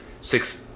Six